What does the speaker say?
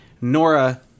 Nora